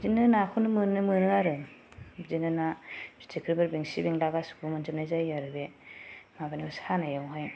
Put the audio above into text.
बिदिनो नाखौनो मोनो आरो बिदिनो ना फिथिख्रिफोर बेंसि बेंला गासैखौबो मोनजोबनाय जायो आरो बे माबानियाव सानायावहाय